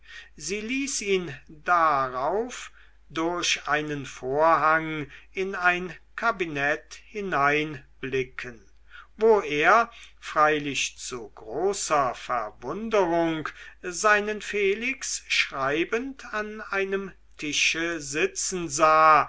sie ließ ihn darauf durch einen vorhang in ein kabinett hineinblicken wo er freilich zu großer verwunderung seinen felix schreibend an einem tische sitzen sah